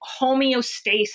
homeostasis